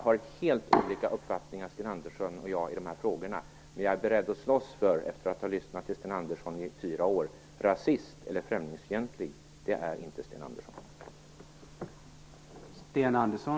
Jag skall avsluta med att säga att Sten Andersson och jag har helt olika uppfattningar i dessa frågor. Men efter att ha lyssnat till honom i fyra år är jag beredd att slåss för att rasist eller främlingsfientlig - det är inte Sten Andersson.